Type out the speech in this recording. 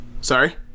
Sorry